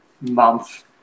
month